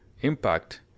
impact